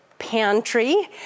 pantry